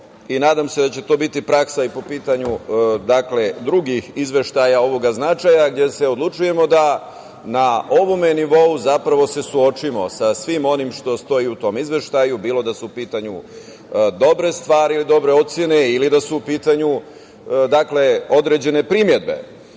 i nadam se da će to biti praksa i po pitanju drugih izveštaja ovog značaja, gde se odlučujemo da se na ovom nivou zapravo suočimo sa svim onim što stoji u tome izveštaju, bilo da su u pitanju dobre stvari, dobre ocene, ili da su u pitanju određene primedbe.